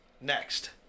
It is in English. Next